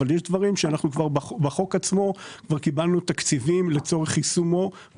אבל יש דברים שבחוק עצמו כבר קיבלנו תקציבים לצורך יישומו.